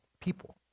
people